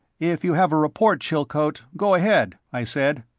if you have a report, chilcote, go ahead, i said.